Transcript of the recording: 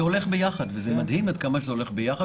זה הולך ביחד, ומדהים עד כמה זה הולך ביחד.